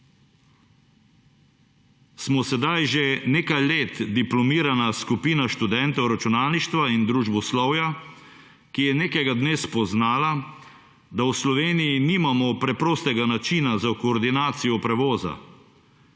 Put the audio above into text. Smo sedaj že nekaj let diplomirana skupina študentov računalništva in družboslovja, ki je nekega dne spoznala, da v Sloveniji nimamo preprostega načina za koordinacijo prevoza.